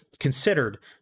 Considered